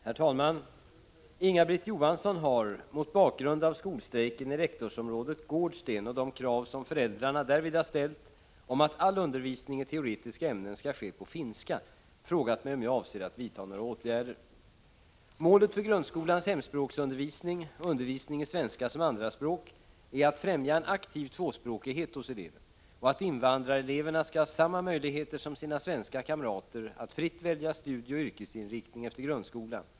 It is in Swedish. Herr talman! Inga-Britt Johansson har, mot bakgrund av skolstrejken i rektorsområdet Gårdsten och de krav som föräldrarna därvid har ställt om att all undervisning i teoretiska ämnen skall ske på finska, frågat mig om jag avser att vidta några åtgärder. Målet för grundskolans hemspråksundervisning och undervisning i svenska som andraspråk är att främja en aktiv tvåspråkighet hos eleven och att invandrareleverna skall ha samma möjligheter som sina svenska kamrater att fritt välja studieoch yrkesinriktning efter grundskolan.